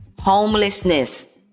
homelessness